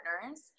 partners